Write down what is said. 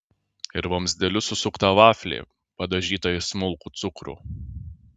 ir vamzdeliu susuktą vaflį padažytą į smulkų cukrų